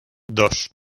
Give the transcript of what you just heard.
dos